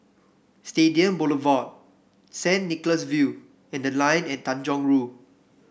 Stadium Boulevard Saint Nicholas View and The Line at Tanjong Rhu